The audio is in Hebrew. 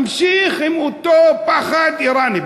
ממשיך עם אותו פחד איראני.